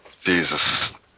Jesus